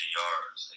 yards